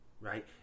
Right